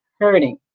hurting